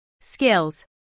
Skills